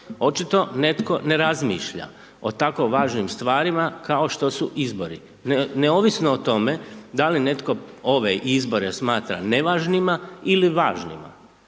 Očito netko ne razmišlja o tako važnim stvarima kao što su izbori, neovisno o tome da li netko ove izbore smatra nevažnima ili važnima.